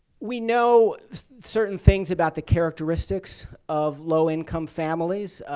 we know certain things about the characteristics of low-income families.